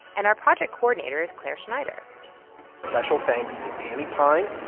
and our project coordinator is clare schneider special thanks to danny pine,